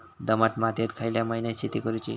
दमट मातयेत खयल्या महिन्यात शेती करुची?